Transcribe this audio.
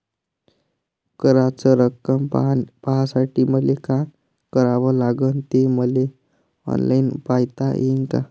कराच रक्कम पाहासाठी मले का करावं लागन, ते मले ऑनलाईन पायता येईन का?